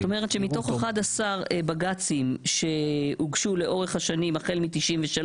זאת אומרת שמתוך 11 בג"צים שהוגשו לאורך השנים החל מ-93',